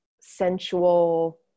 sensual